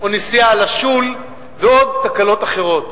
או בנסיעה על השול, ועוד תקלות אחרות.